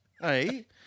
Hey